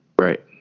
Right